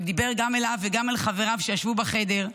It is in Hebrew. ודיבר גם אליו וגם אל חבריו שישבו בחדר,